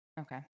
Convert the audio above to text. Okay